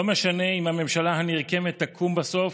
לא משנה אם הממשלה הנרקמת תקום בסוף,